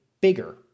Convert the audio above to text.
bigger